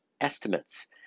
estimates